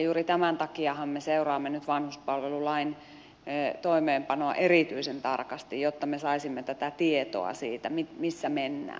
juuri tämän takiahan me seuraamme nyt vanhuspalvelulain toimeenpanoa erityisen tarkasti jotta me saisimme tätä tietoa siitä missä mennään